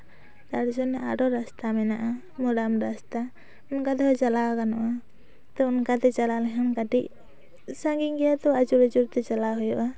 ᱛᱟᱨ ᱡᱚᱱᱱᱚ ᱟᱨᱚ ᱨᱟᱥᱛᱟ ᱢᱮᱱᱟᱜᱼᱟ ᱢᱳᱨᱟᱢ ᱨᱟᱥᱛᱟ ᱚᱱᱠᱟ ᱛᱮᱦᱚᱸ ᱪᱟᱞᱟᱣ ᱜᱟᱱᱚᱜᱼᱟ ᱛᱚ ᱚᱱᱠᱟᱛᱮ ᱪᱟᱞᱟᱣ ᱞᱮᱱᱠᱷᱟᱱ ᱠᱟᱹᱴᱤᱡ ᱥᱟᱺᱜᱤᱧ ᱜᱮᱭᱟ ᱛᱚ ᱟᱹᱪᱩᱨ ᱟᱹᱪᱩᱨ ᱛᱮ ᱪᱟᱞᱟᱣ ᱦᱩᱭᱩᱜᱼᱟ